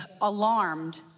Alarmed